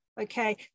okay